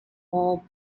wall